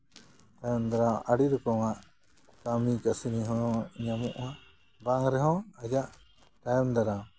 ᱛᱟᱭᱚᱢ ᱫᱟᱨᱟᱢ ᱟᱹᱰᱤ ᱨᱚᱠᱚᱢᱟᱜ ᱠᱟᱹᱢᱤ ᱠᱟᱹᱥᱱᱤ ᱦᱚᱸ ᱧᱟᱢᱚᱜᱼᱟ ᱵᱟᱝ ᱨᱮᱦᱚᱸ ᱟᱡᱟᱜ ᱛᱟᱭᱚᱢ ᱫᱟᱨᱟᱢ